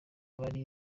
bari